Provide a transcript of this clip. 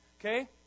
okay